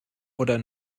oder